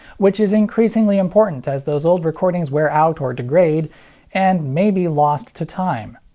which is increasingly important as those old recordings wear out or degrade and may be lost to time.